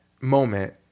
moment